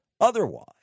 otherwise